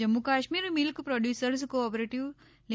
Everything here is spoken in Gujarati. Jammu Kashmir milk producers cooperative લિ